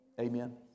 Amen